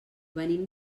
venim